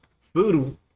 food